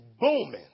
booming